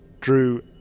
drew